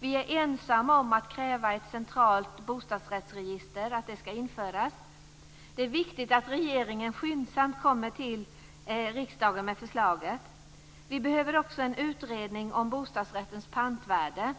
Vi är ensamma om att kräva att ett centralt bostadsrättsregister ska införas. Det är viktigt att regeringen skyndsamt kommer till riksdagen med förslaget. Det behövs också en utredning om bostadsrättens pantvärde.